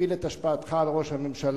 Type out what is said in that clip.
תפעיל את השפעתך על ראש הממשלה.